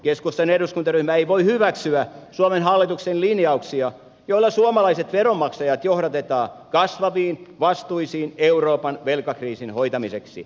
keskustan eduskuntaryhmä ei voi hyväksyä suomen hallituksen linjauksia joilla suomalaiset veronmaksajat johdatetaan kasvaviin vastuisiin euroopan velkakriisin hoitamiseksi